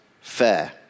fair